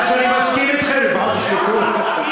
עד שאני מסכים אתכם לפחות תשתקו.